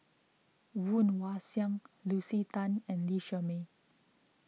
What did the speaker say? Woon Wah Siang Lucy Tan and Lee Shermay